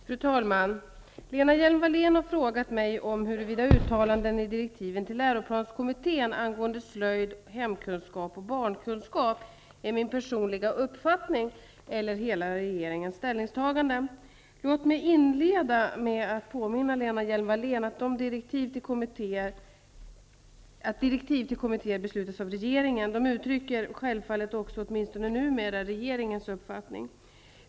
Fru talman! Lena Hjelm-Wallén har frågat mig huruvida uttalanden i direktiven till läroplanskommittén angående slöjd, hemkunskap och barnkunskap är min personliga uppfattning eller hela regeringens ställningstagande. Låt mig inleda med att påminna Lena Hjelm-Wallén om att direktiv till kommittéer beslutas av regeringen. De uttrycker självfallet också, åtminstone numera, regeringens uppfattning.